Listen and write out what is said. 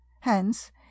Hence